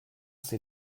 c’est